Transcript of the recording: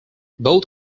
both